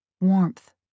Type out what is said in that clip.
Warmth